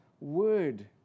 Word